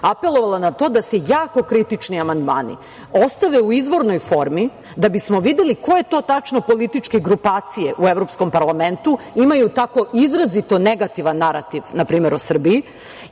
apelovala na to da se jako kritični amandmani ostave u izvornoj formi, da bismo videli koje to tačno političke grupacije u Evropskom parlamentu imaju tako izrazito negativan narativ na primer o Srbiji